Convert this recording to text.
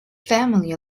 family